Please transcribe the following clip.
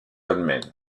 dolmens